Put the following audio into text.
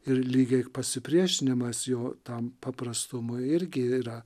ir lygiai pasipriešinimas jo tam paprastumui irgi yra